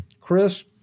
Chris